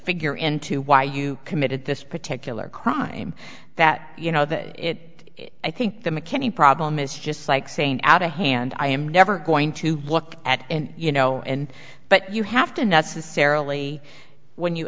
figure into why you committed this particular crime that you know that it is i think the mckinney problem is just like saying out a hand i am never going to look at and you know but you have to necessarily when you